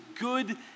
good